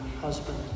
husband